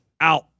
out